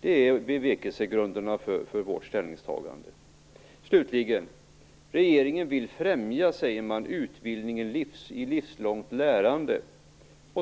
Det är bevekelsegrunderna för vårt ställningstagande. Slutligen: Regeringen vill främja, säger man, utbildningen i livslångt lärande.